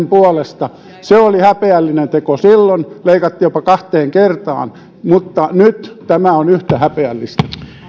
puolesta se oli häpeällinen teko silloin leikattiin jopa kahteen kertaan mutta nyt tämä on yhtä häpeällistä